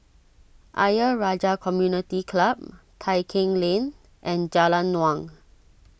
Ayer Rajah Community Club Tai Keng Lane and Jalan Naung